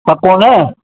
पको न